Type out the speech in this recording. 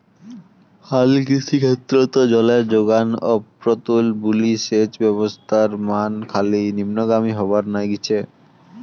হালকৃষি ক্ষেত্রত জলের জোগান অপ্রতুল বুলি সেচ ব্যবস্থার মান খালি নিম্নগামী হবার নাইগছে